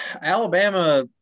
Alabama